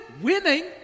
Winning